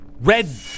Red